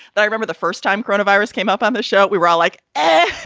but i remember the first time corona virus came up on the show. we were all like, oh,